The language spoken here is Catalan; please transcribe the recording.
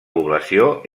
població